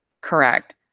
Correct